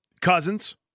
Cousins